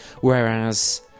Whereas